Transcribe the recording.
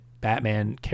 Batman